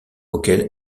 auquel